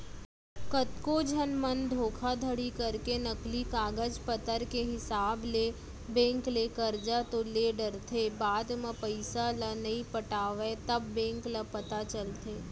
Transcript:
कतको झन मन धोखाघड़ी करके नकली कागज पतर के हिसाब ले बेंक ले करजा तो ले डरथे बाद म पइसा ल नइ पटावय तब बेंक ल पता चलथे